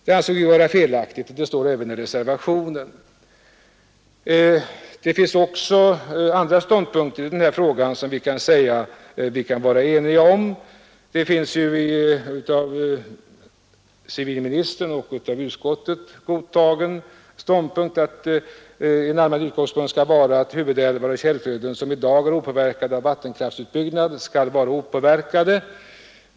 Detta ansåg vi vara felaktigt, och det står ju även uttryckt i reservationen. Det finns också andra ståndpunkter i denna fråga som vi är eniga om. Det är ju en av civilministern och av utskottet godtagen ståndpunkt att den allmänna utgångspunkten bör vara att huvudälvar och källflöden som i dag är opåverkade av vattenkraftsutbyggnad skall bevaras opåverkade.